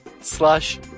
Slash